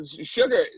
sugar